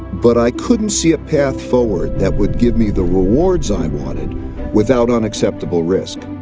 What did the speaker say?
but i couldn't see a path forward that would give me the rewards i wanted without unacceptable risk.